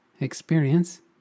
experience